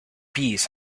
bees